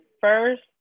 first